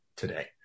today